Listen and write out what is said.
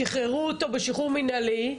שיחררו אותו בשחרור מנהלי,